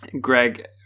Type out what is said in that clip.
Greg